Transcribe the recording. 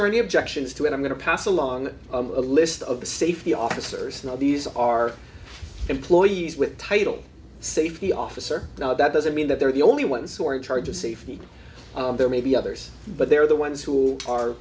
there any objections to it i'm going to pass along a list of the safety officers now these are employees with title safety officer now that doesn't mean that they're the only ones who are in charge of safety there may be others but they're the ones who are